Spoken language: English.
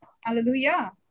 Hallelujah